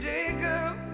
Jacob